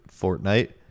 Fortnite